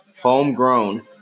Homegrown